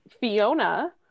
fiona